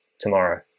tomorrow